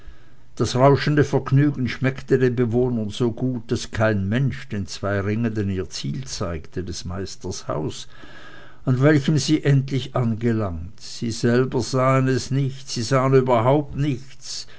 das rauschende vergnügen schmeckte den bewohnern so gut daß kein mensch den zwei ringenden ihr ziel zeigte des meisters haus an welchem sie endlich angelangt sie selber sahen es nicht sie sahen überhaupt nichts